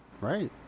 right